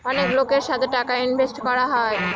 অনেক লোকের সাথে টাকা ইনভেস্ট করা হয়